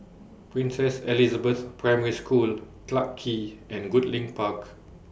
Princess Elizabeth Primary School Clarke Quay and Goodlink Park